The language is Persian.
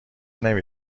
نمی